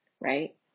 right